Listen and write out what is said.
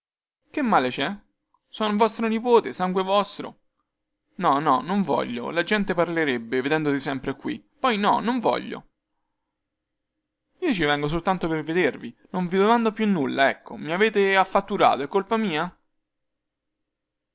che male cè son vostro nipote sangue vostro no no non voglio la gente parlerebbe vedendoti sempre qui poi no non voglio io ci vengo soltanto per vedervi non vi domando più nulla ecco mi avete affatturato è colpa mia